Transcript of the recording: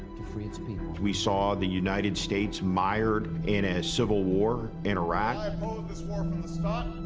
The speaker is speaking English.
to free its people. we saw the united states mired in a civil war in iraq. i opposed this war from the start.